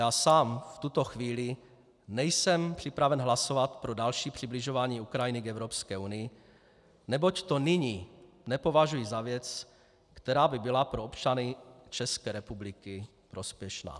Já sám v tuto chvíli nejsem připraven hlasovat pro další přibližování Ukrajiny k Evropské unii, neboť to nyní nepovažuji za věc, která by byla pro občany České republiky prospěšná.